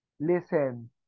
listen